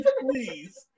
Please